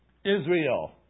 Israel